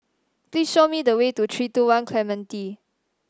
please show me the way to Three two One Clementi